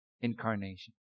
Incarnation